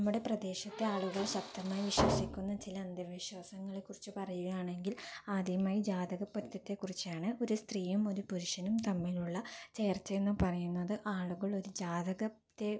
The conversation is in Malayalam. നമ്മുടെ പ്രദേശത്ത് ആളുകൾ ശക്തമായി വിശ്വസിക്കുന്ന ചില അന്ധവിസ്വാസങ്ങളെക്കുറിച്ച് പറയുകയാണെങ്കിൽ ആദ്യമായി ജാതകപൊരുത്തത്തെക്കുറിച്ചാണ് ആദ്യമായി ഒരു സ്ത്രീയും ഒരു പുരുഷനും തമ്മിലുള്ള ചേർച്ച എന്ന് പറയുന്നത് ആളുകൾ ഒരു ജാതകത്തെ